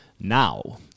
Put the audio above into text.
Now